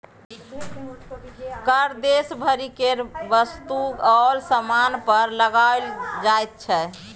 कर देश भरि केर वस्तु आओर सामान पर लगाओल जाइत छै